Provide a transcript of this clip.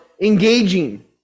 engaging